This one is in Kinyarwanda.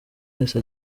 wese